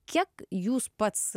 kiek jūs pats